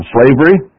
slavery